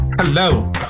Hello